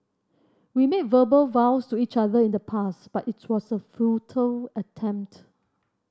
we made verbal vows to each other in the past but it was a futile attempt